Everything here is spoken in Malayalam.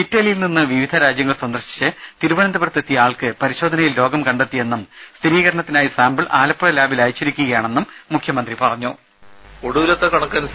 ഇറ്റലിയിൽ നിന്ന് വിവിധ രാജ്യങ്ങൾ സന്ദർശിച്ച് തിരുവനന്തപുരത്തെത്തിയ ആൾക്ക് പരിശോധനയിൽ രോഗം കണ്ടെത്തിയെന്നും സ്ഥിരീകരണത്തിനായി സാമ്പിൾ ആലപ്പുഴ ലാബിൽ അയച്ചിരിക്കുകയാണെന്നും മുഖ്യമന്ത്രി പറഞ്ഞു